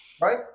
right